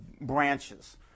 branches